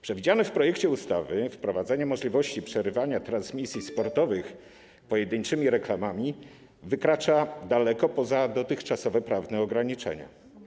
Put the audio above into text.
Przewidziane w projekcie ustawy wprowadzenie możliwości przerywania transmisji sportowych pojedynczymi reklamami wykracza daleko poza dotychczasowe prawne ograniczenia.